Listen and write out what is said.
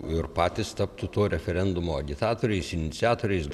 ir patys taptų to referendumo agitatoriais iniciatoriais